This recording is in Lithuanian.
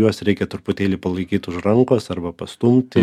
juos reikia truputėlį palaikyt už rankos arba pastumti